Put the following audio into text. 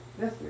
Yes